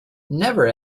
never